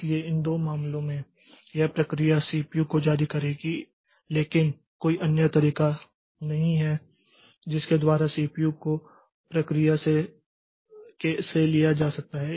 इसलिए इन दो मामलों में यह प्रक्रिया सीपीयू को जारी करेगी लेकिन कोई अन्य तरीका नहीं है जिसके द्वारा सीपीयू को प्रक्रिया से लिया जा सकता है